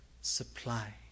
Supply